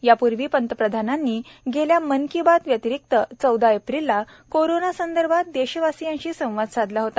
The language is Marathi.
यापूर्वी पंतप्रधानांनी गेल्या मन की बात व्यतिरिक्त चौदा एप्रिलला कोरोनासंदर्भात देशवासियांशी संवाद साधला होता